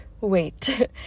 wait